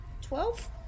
twelve